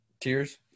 tears